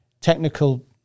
technical